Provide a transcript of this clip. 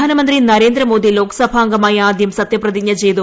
പ്രധാനമന്ത്രി നരേന്ദ്രമോദി ലോക്സഭാംഗമായി ആദ്യം സത്യപ്രതിജ്ഞ ചെയ്തു